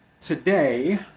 Today